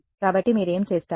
కాబట్టి మీరు ఏమి చేస్తారు